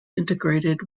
integrated